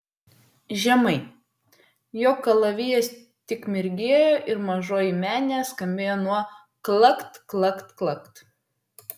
žemai jo kalavijas tik mirgėjo ir mažoji menė skambėjo nuo klakt klakt klakt